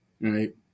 right